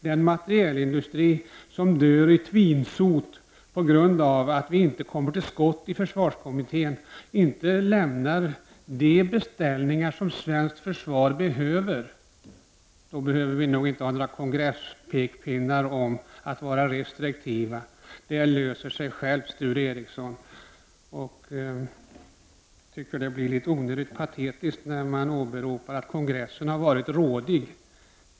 När materielindustrin dör i tvinsot på grund av att vi inte kommer till skott i försvarskommittén och lämnar de beställningar som svenskt försvar behöver, behöver vi inte ha några kongresspekpinnar om att vara restriktiva. Det löser sig självt, Sture Ericson. Jag tycker att det blir litet onödigt patetiskt när man åberopar att kongressen varit rådig.